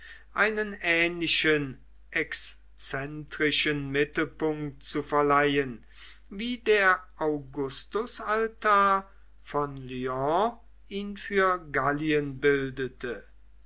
einen ähnlichen exzentrischen mittelpunkt zu verleihen wie der augustusaltar von lyon ihn für gallien bildete